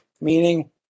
meaning